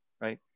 right